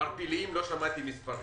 ערפיליים על הקיזוז, לא שמעתי מספרים